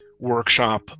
workshop